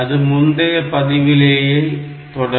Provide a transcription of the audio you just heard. அது முந்தைய பதிவிலேயே தொடரும்